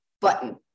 button